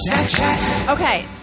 Okay